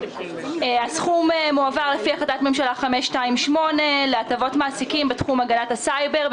הסכום מועבר לפי החלטת ממשלה 528 להטבות מעסיקים בתחום הגנת הסייבר,